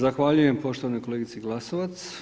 Zahvaljujem poštovanoj kolegici Glasovac.